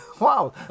Wow